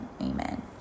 Amen